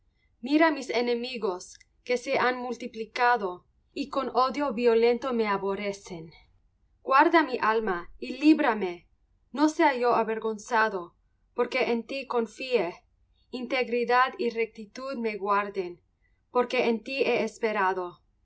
mira mis enemigos que se han multiplicado y con odio violento me aborrecen guarda mi alma y líbrame no sea yo avergonzado porque en ti confié integridad y rectitud me guarden porque en ti he esperado